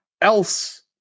else